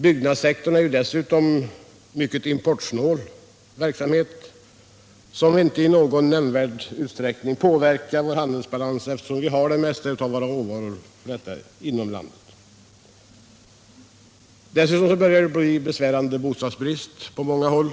Bostadsbyggandet är dessutom en mycket importsnål verksamhet som inte i någon nämnvärd utsträckning påverkar vår handelsbalans, eftersom vi har det vi behöver för byggandet inom landet. Dessutom börjar det uppstå en besvärande bostadsbrist på många håll.